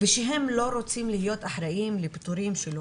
ושהם לא רוצים להיות אחראיים לפיטורים שלו.